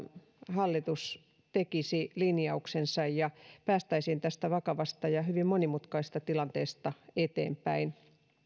hallitus tekisi linjauksensa ja päästäisiin tästä vakavasta ja hyvin monimutkaisesta tilanteesta eteenpäin